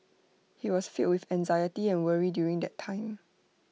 he was filled with anxiety and worry during that time